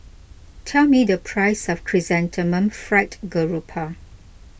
tell me the price of Chrysanthemum Fried Garoupa